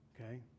Okay